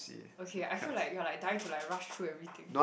okay I feel like you are dying to like rush through everything